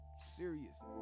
serious